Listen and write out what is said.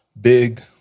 big